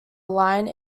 line